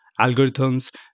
algorithms